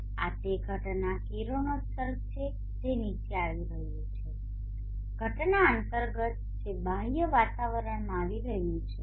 હવે આ તે ઘટના કિરણોત્સર્ગ છે જે નીચે આવી રહ્યું છે ઘટના અંતર્ગત જે બાહ્ય વાતાવરણમાં આવી રહ્યું છે